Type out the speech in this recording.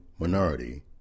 minority